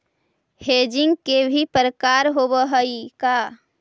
Hedging के भी प्रकार होवअ हई का?